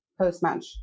post-match